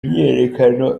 myiyerekano